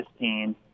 15